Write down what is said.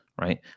right